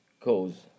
cause